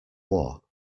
war